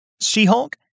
She-Hulk